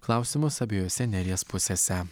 klausimus abiejose neries pusėse